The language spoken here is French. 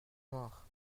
noires